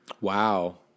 Wow